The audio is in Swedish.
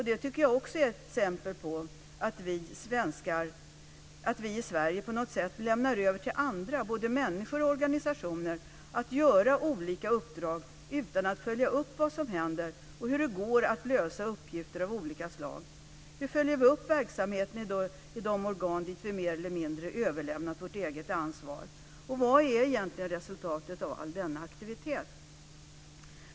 Detta tycker jag också är exempel på att vi i Sverige på något sätt lämnar över till andra, både människor och organisationer, att göra olika uppdrag utan att följa upp vad som händer och hur det går att lösa uppgifter av olika slag. Hur följer vi upp verksamheten i de organ dit vi mer eller mindre överlämnat vårt eget ansvar? Och vad är egentligen resultatet av denna aktivitet?